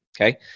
okay